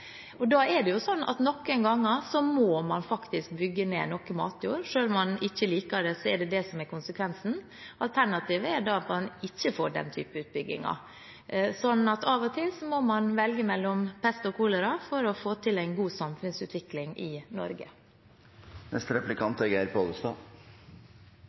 Da er det sånn at man noen ganger faktisk må bygge ned noe matjord. Selv om man ikke liker det, er det det som er konsekvensen. Alternativet er at man ikke får den typen utbygginger. Så av og til må man velge mellom pest og kolera for å få til en god samfunnsutvikling i Norge.